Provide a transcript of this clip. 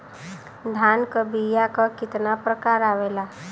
धान क बीया क कितना प्रकार आवेला?